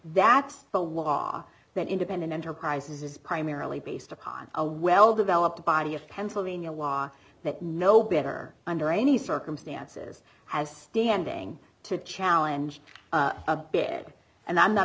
that's the law that independent enterprises is primarily based upon a well developed body of pennsylvania law that no better under any circumstances has standing to challenge a bit and i'm not